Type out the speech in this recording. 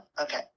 okay